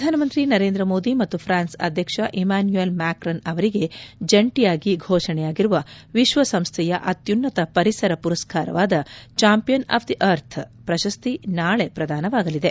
ಪ್ರಧಾನಮಂತ್ರಿ ನರೇಂದ್ರ ಮೋದಿ ಮತ್ತು ಫೂನ್ಸ್ ಅಧ್ಯಕ್ಷ ಇಮ್ಯಾನ್ಯುಯಲ್ ಮ್ಯಾಕ್ರನ್ ಅವರಿಗೆ ಜಂಟಿಯಾಗಿ ಘೋಷಣೆಯಾಗಿರುವ ವಿಶ್ವಸಂಸ್ಥೆಯ ಅತ್ಯುನ್ನತ ಪರಿಸರ ಪುರಸ್ಕಾರವಾದ ಚಾಂಪಿಯನ್ ಆಫ್ ದಿ ಅರ್ಥ್ ಪ್ರಶಸ್ತಿ ನಾಳೆ ಪ್ರದಾನವಾಗಲಿದೆ